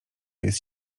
jest